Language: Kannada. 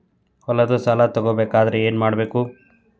ಹೊಲದ ಸಾಲ ತಗೋಬೇಕಾದ್ರೆ ಏನ್ಮಾಡಬೇಕು?